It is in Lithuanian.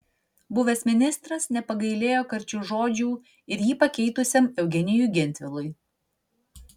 buvęs ministras nepagailėjo karčių žodžių ir jį pakeitusiam eugenijui gentvilui